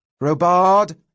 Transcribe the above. Robard